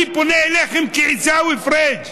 אני פונה אליכם כעיסאווי פריג',